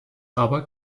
aber